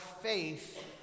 faith